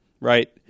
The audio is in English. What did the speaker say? Right